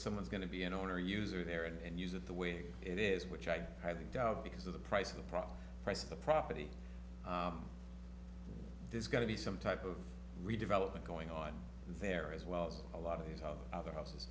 someone's going to be an owner user there and use it the way it is which i highly doubt because of the price of the product price of the property there's got to be some type of redevelopment going on there as well as a lot of use of other houses